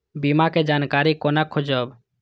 बीमा के जानकारी कोना खोजब?